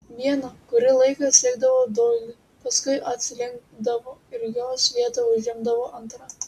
viena kurį laiką sekdavo doilį paskui atsilikdavo ir jos vietą užimdavo antra